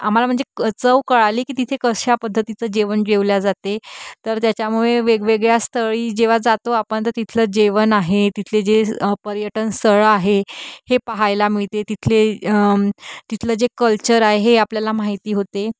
आम्हाला म्हणजे क चव कळाली की तिथे कशा पद्धतीचं जेवण जेवले जाते तर त्याच्यामुळे वेगवेगळ्या स्थळी जेव्हा जातो आपण तर तिथलं जेवण आहे तिथले जे पर्यटन स्थळं आहे हे पहायला मिळते तिथले तिथलं जे कल्चर आहे हे आपल्याला माहिती होते